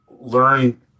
Learn